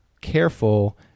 careful